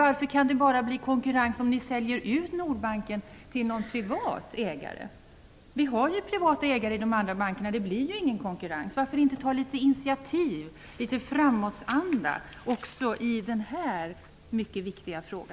Varför kan det bara bli konkurrens om Nordbanken säljs ut till någon privat ägare? Det är privata ägare i de andra bankerna. Det blir ingen konkurrens. Varför inte ta litet initiativ och visa litet framåtanda också i denna mycket viktiga fråga?